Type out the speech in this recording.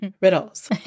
riddles